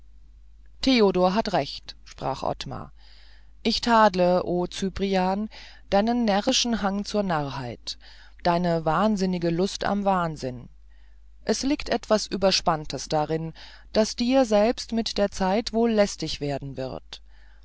theodor hat recht sprach ottmar ich tadle o cyprian deinen närrischen hang zur narrheit deine wahnsinnige lust am wahnsinn es liegt etwas überspanntes darin das dir selbst mit der zeit wohl lästig werden wird